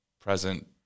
present